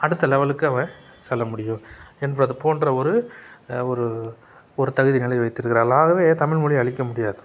அடுத்த லெவெலுக்கு அவன் செல்லமுடியும் என்பது போன்ற ஒரு ஒரு ஒரு தகுதி நிலை வைத்திருக்கிறார்கள் ஆகவே தமிழ் மொழிய அழிக்கமுடியாது